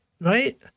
right